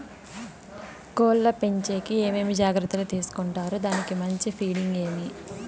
కోళ్ల పెంచేకి ఏమేమి జాగ్రత్తలు తీసుకొంటారు? దానికి మంచి ఫీడింగ్ ఏమి?